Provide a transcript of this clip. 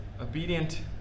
obedient